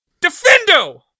Defendo